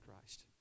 Christ